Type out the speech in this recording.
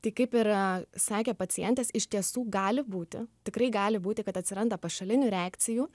tai kaip ir a sakė pacientės iš tiesų gali būti tikrai gali būti kad atsiranda pašalinių reakcijų